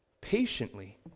patiently